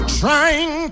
trying